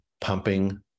pumping